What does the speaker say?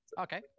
okay